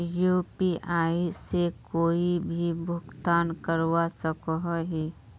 UPI से कोई भी भुगतान करवा सकोहो ही?